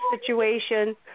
situation